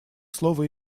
слово